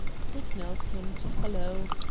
signalled him to follow.